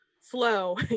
slow